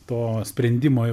to sprendimo